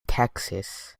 texas